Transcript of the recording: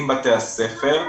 עם בתי הספר,